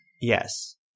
Yes